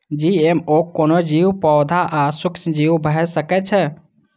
GMO कोनो जीव, पौधा आ सूक्ष्मजीव भए सकै छै